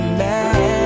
mad